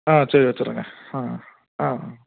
ஆ சரி வெச்சிடுறேங்க ஆ ஆ